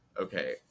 okay